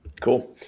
Cool